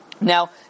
Now